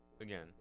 again